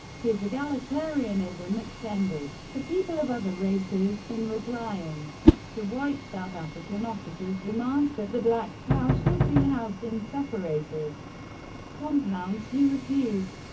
his egalitarianism extended to people of other races in replying to white south african officers' demands that the black pows should be housed in separated compounds, he refused,